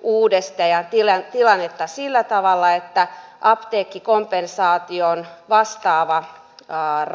uudesta ja vielä tilannetta sillä tavalla että apteekkikompensaatiota vastaava määrä